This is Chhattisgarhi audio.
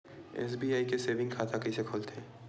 एस.बी.आई के सेविंग खाता कइसे खोलथे?